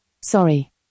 Sorry